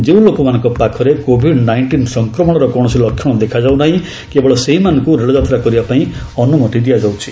ଯେଉଁ ଲୋକମାନଙ୍କ ପାଖରେ କୋଭିଡ୍ ନାଇଷ୍ଟିନ୍ ସଂକ୍ରମଣର କୌଣସି ଲକ୍ଷଣ ଦେଖା ଯାଉନାହିଁ କେବଳ ସେହିମାନଙ୍କୁ ରେଳଯାତ୍ରା କରିବା ପାଇଁ ଅନୁମତି ଦିଆଯାଉଛି